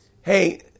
Hey